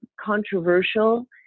controversial